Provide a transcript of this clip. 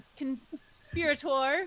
conspirator